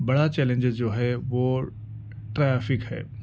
بڑا چیلنجیز جو ہے وہ ٹریفک ہے